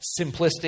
simplistic